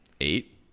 eight